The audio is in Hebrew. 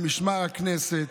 למשמר הכנסת,